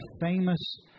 famous